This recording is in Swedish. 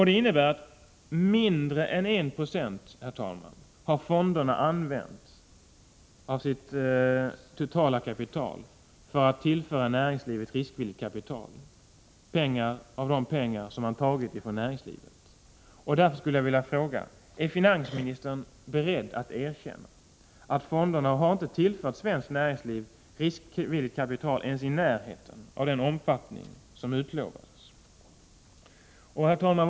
Det innebär att fonderna har använt mindre än 1 9o av sitt totala kapital — de pengar som man har tagit ifrån näringslivet — för att tillföra näringslivet riskvilligt kapital. Därför skulle jag vilja fråga: Är finansministern beredd att erkänna att fonderna inte har tillfört svenskt näringsliv riskvilligt kapital ens tillnärmelsevis i den omfattning som utlovades?